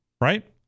right